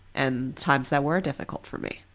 and times that were difficult for me.